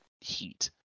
heat